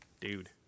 dude